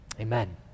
Amen